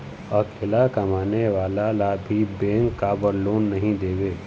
अकेला कमाने वाला ला भी बैंक काबर लोन नहीं देवे?